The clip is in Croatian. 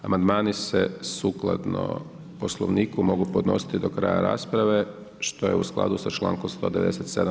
Amandman se sukladno poslovniku mogu podnositi do kraja rasprave, što je u skladu sa čl. 197.